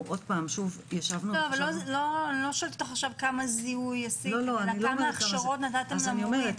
-- לא כמה זיהוי עשיתם אלא כמה הכשרות נתתם למורים.